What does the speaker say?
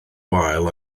wael